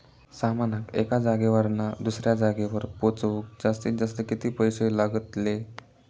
सामानाक एका जागेवरना दुसऱ्या जागेवर पोचवूक जास्तीत जास्त किती पैशे लागतले?